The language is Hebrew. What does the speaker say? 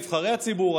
נבחרי הציבור,